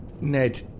Ned